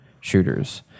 shooters